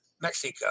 Mexico